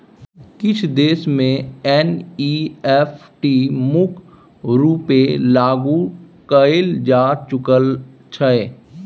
किछ देश मे एन.इ.एफ.टी मुख्य रुपेँ लागु कएल जा चुकल छै